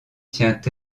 tient